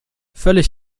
völlig